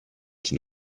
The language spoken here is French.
qui